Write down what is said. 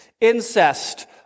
incest